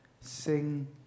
sing